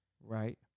right